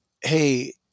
hey